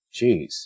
Jeez